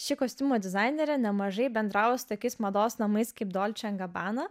ši kostiumo dizainerė nemažai bendravo su tokiais mados namais kaip dolce gabbana